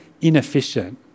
inefficient